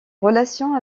relations